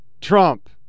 Trump